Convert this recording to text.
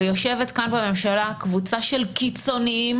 ויושבת כאן בממשלה קבוצה של קיצוניים